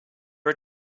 are